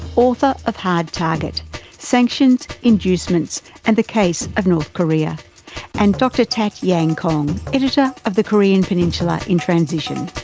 author of hard target sanctions, inducements and the case of north korea and dr tat yan kong, editor of the korean peninsular in transition.